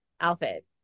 outfit